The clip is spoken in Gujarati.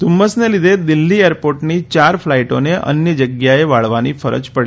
ધમ્મુસને દિલ્ફી એરપોર્ટની ચાર ફ્લાઇટોને અન્ય જગ્યાએ વાળવાની ફરજ પડી